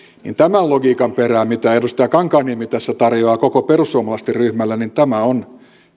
tämä logiikka mitä edustaja kankaanniemi tässä tarjoaa koko perussuomalaisten ryhmälle on